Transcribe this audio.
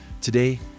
Today